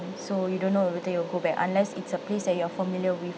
so you don't know whether you will go back unless it's a place that you are familiar with